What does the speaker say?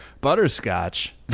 Butterscotch